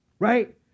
Right